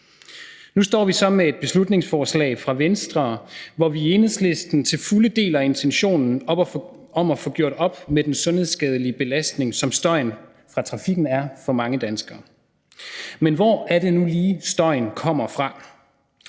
Nu står vi så med et beslutningsforslag fra Venstre, hvor vi i Enhedslisten til fulde deler intentionen om at få gjort op med den sundhedsskadelige belastning, som støjen fra trafikken er for mange danskere. Men hvor er det nu lige, støjen kommer fra?